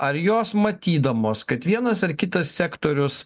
ar jos matydamos kad vienas ar kitas sektorius